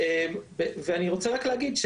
אני רוצה רק להגיד,